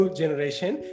generation